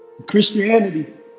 Christianity